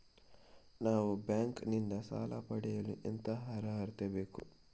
ನಾವು ಬ್ಯಾಂಕ್ ನಿಂದ ಸಾಲ ಪಡೆಯಲು ಎಂತ ಅರ್ಹತೆ ಬೇಕು?